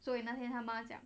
所以那天他妈讲